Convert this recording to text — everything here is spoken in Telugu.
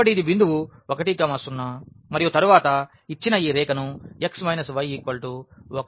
కాబట్టి ఈ బిందువు 10 మరియు తరువాత ఇవ్వబడిన ఈ రేఖను x y 1 గా గీయవచ్చు